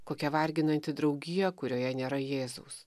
kokia varginanti draugija kurioje nėra jėzaus